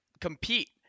compete